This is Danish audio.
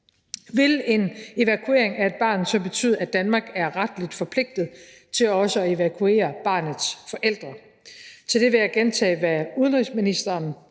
Vil en evakuering af et barn så betyde, at Danmark er retligt forpligtet til også at evakuere barnets forældre? Til det vil jeg gentage, hvad udenrigsministeren